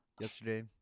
yesterday